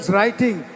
writing